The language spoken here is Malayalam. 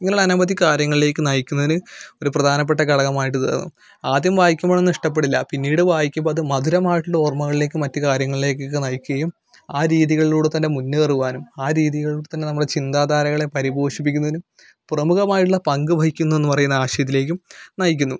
ഇങ്ങനെ ഉള്ള അനവധി കാര്യങ്ങളിലേക്ക് നയിക്കുന്നതിന് ഒരു പ്രാധാനപ്പെട്ട ഘടകമായിട്ടിത് ആദ്യം വായിക്കുമ്പൊഴൊന്നും ഇഷ്ടപ്പെടില്ല പിന്നീട് വായിക്കുമ്പത് മധുരമായിട്ടുള്ള ഓർമകളിലേക്ക് മറ്റ് കാര്യങ്ങൾലേക്ക് ഒക്കെ നയിക്കുകയും ആ രീതികളിലൂടെത്തന്നെ മുന്നേറുവാനും ആ രീതികളിലൂടെത്തന്നെ നമ്മുടെ ചിന്താധാരകളെ പരിഭോഷിപ്പിക്കുന്നതിനും പ്രമുഖമായിട്ട് ഉള്ള പങ്ക് വഹിക്കുന്നു എന്ന് പറയുന്ന ആശയത്തിലേക്കും നയിക്കുന്നു